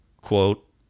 quote